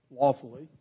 lawfully